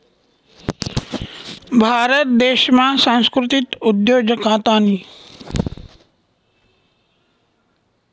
भारत देशमा सांस्कृतिक उद्योजकतानी